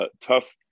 tough